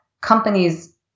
companies